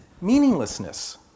meaninglessness